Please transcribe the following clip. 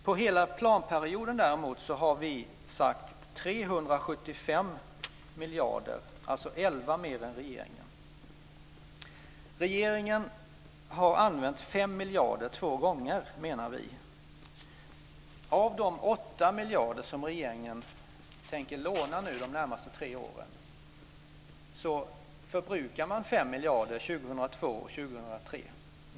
På hela planperioden däremot har vi sagt 375 miljarder, alltså 11 miljarder mer än regeringen. Regeringen har använt 5 miljarder två gånger, menar vi. Av de 8 miljarder som regeringen tänker låna de närmaste tre åren förbrukar man 5 miljarder år 2002 och 2003.